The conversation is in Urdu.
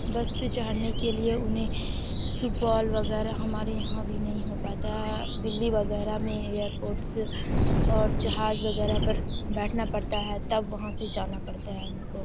بس پہ چڑھنے کے لیے انہیں سپول وغیرہ ہمارے یہاں بھی نہیں ہو پاتا ہے دہلی وغیرہ میں ایئرپورٹس اور جہاز وغیرہ پر بیٹھنا پڑتا ہے تب وہاں سے جانا پڑتا ہے ان کو